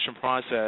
process